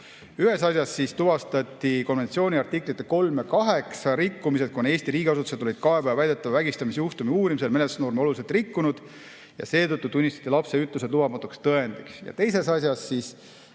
Ühes asjas tuvastati konventsiooni artiklite 3 ja 8 rikkumised, kuna Eesti riigiasutused olid kaebaja väidetava vägistamisjuhtumi uurimisel menetlusnorme oluliselt rikkunud ja seetõttu tunnistati lapse ütlused lubamatuks tõendiks.